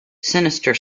sinister